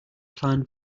plan